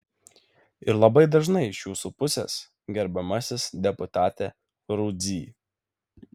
ir labai dažnai iš jūsų pusės gerbiamasis deputate rudzy